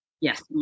Yes